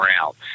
out